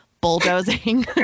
bulldozing